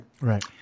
Right